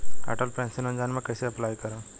Atal pension Yojana मे कैसे apply करेम?